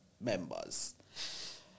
members